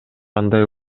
андай